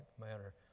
manner